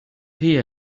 hear